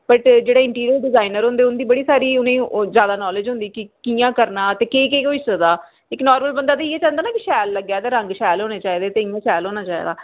but जेह्ड़े interior designer होंदे उं'दी बड़ी सारी उ'नेंगी ओह् ज्यादा नालेज होंदी कि कि'यां करना ते केह् केह् होई सकदा इक नार्मल बंदा बी इ'यै चांह्दा नी कि शैल लग्गै ते रंग शैल होने चाहिदे ते इ'यां शैल होना चाहिदा